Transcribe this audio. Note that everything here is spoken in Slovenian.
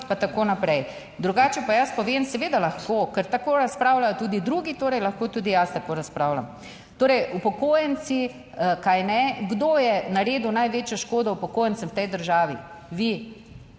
pa tako naprej. Drugače pa jaz povem, seveda lahko, ker tako razpravljajo tudi drugi, torej, lahko tudi jaz tako razpravljam. Torej upokojenci, kajne, kdo je naredil največjo škodo upokojencem v tej državi? Vi,